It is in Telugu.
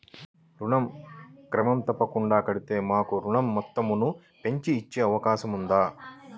ఋణం క్రమం తప్పకుండా కడితే మాకు ఋణం మొత్తంను పెంచి ఇచ్చే అవకాశం ఉందా?